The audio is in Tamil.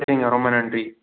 சரிங்க ரொம்ப நன்றி